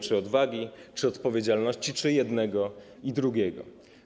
Czy odwagi, czy odpowiedzialności, czy jednego i drugiego?